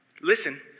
listen